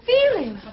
Feeling